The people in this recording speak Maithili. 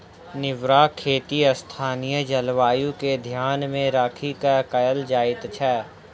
निर्वाह खेती स्थानीय जलवायु के ध्यान मे राखि क कयल जाइत छै